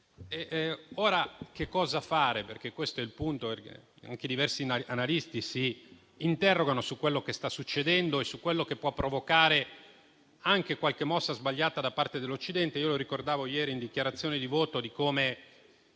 Ora, che cosa fare? Questo è il punto e anche diversi analisti si interrogano su quello che sta succedendo e su quello che può provocare anche qualche mossa sbagliata da parte dell'Occidente. Ricordavo ieri, in dichiarazione di voto, come